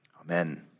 Amen